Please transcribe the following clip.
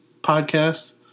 podcast